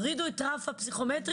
יורידו את רף הפסיכומטרי,